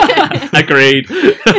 Agreed